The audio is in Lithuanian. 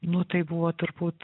nu tai buvo turbūt